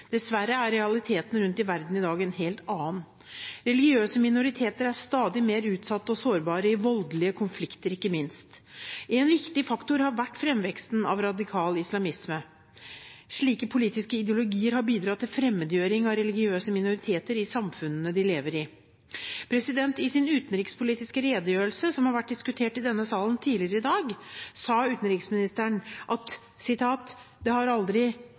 Dessverre er realiteten rundt i verden i dag en helt annen. Religiøse minoriteter er stadig mer utsatte og sårbare i voldelige konflikter, ikke minst. En viktig faktor har vært framveksten av radikal islamisme. Slike politiske ideologier har bidratt til fremmedgjøring av religiøse minoriteter i samfunnene de lever i. I sin utenrikspolitiske redegjørelse, som har vært diskutert i denne salen tidligere i dag, sa utenriksministeren: «Det har aldri